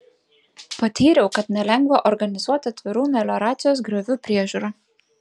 patyriau kad nelengva organizuoti atvirų melioracijos griovių priežiūrą